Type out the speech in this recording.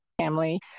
family